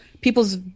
people's